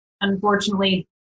unfortunately